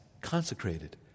consecrated